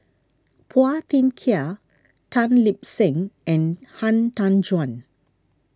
Phua Thin Kiay Tan Lip Seng and Han Tan Juan